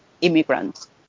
immigrants